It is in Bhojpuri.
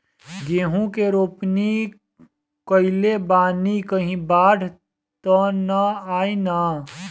गेहूं के रोपनी कईले बानी कहीं बाढ़ त ना आई ना?